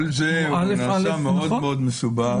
כל זה נעשה מאוד מאוד מסובך.